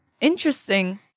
Interesting